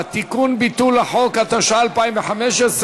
מימון הריסת מבנה על חשבון המדינה), התשע"ה 2015,